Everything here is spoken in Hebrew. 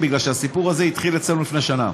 כי הסיפור הזה התחיל אצלנו לפני שנה.